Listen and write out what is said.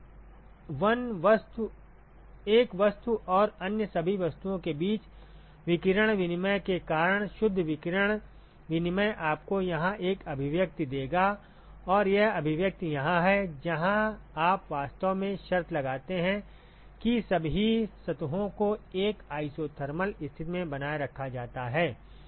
तो 1 वस्तु और अन्य सभी वस्तुओं के बीच विकिरण विनिमय के कारण शुद्ध विकिरण विनिमय आपको यहां यह अभिव्यक्ति देगा और यह अभिव्यक्ति यहां है जहां आप वास्तव में शर्त लगाते हैं कि सभी सतहों को एक isothermal स्थिति में बनाए रखा जाता है